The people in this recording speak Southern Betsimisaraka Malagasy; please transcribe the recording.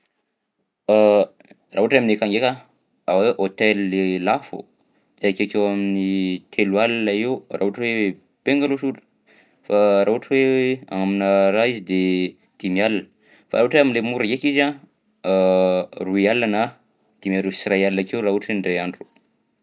Raha ohatra hoe aminay akagny ndraika raha hoe hôtely lafo akeokeo amin'ny telo alina eo raha ohatra hoe bengalow sotra fa raha ohatra hoe aminà raha izy de dimy alina fa raha ohatra hoe am'le mora ndraika izy a, roy alina na dimy arivo sy iray alina akeo raha ohatra hoe indray andro.